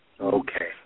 Okay